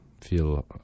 feel